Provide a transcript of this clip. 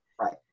Right